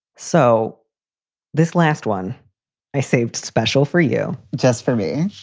so this last one i saved special for you, just for me.